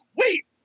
wait